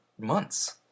months